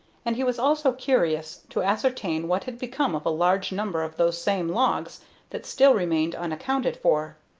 and he was also curious to ascertain what had become of a large number of those same logs that still remained unaccounted for.